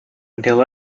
until